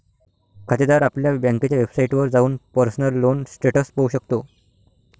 खातेदार आपल्या बँकेच्या वेबसाइटवर जाऊन पर्सनल लोन स्टेटस पाहू शकतो